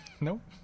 Nope